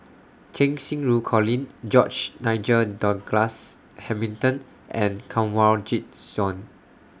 Cheng Xinru Colin George Nigel Douglas Hamilton and Kanwaljit Soin